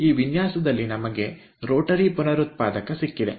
ಈ ವಿನ್ಯಾಸದಲ್ಲಿ ನಮಗೆ ರೋಟರಿ ಪುನರುತ್ಪಾದಕ ಸಿಕ್ಕಿದೆ